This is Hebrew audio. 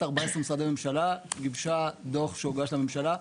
14 משרדי ממשלה גיבשה דוח שהוגש לממשלה,